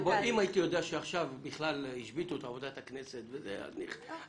אם הייתי יודע שעכשיו בכלל השביתו את עבודת הכנסת אז ניחא,